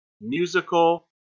Musical